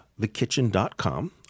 TheKitchen.com